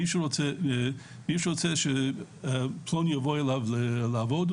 מי שרוצה שפלוני יבוא אליו לעבוד,